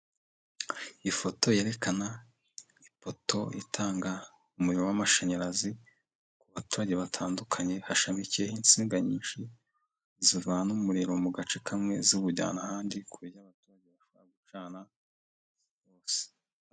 Ifoto yerekana ipoto itanga umuriro w'amashanyarazi ku baturage batandukanye hashamikiyeho insinga nyinshi zivana umuriro mu gace kamwe ziwujyana ahandi ku buryo abaturage bashobora gucana bose.